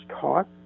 taught